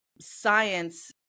science